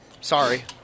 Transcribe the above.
Sorry